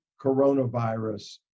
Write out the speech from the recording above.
coronavirus